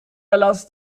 erlass